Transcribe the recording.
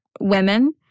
women